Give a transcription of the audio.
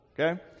okay